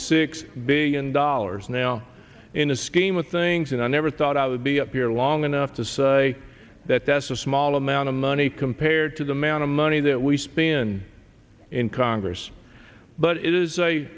six billion dollars now in a scheme of things and i never thought i would be up here long enough to say that that's a small amount of money compared to the man of money that we spin in congress but it is a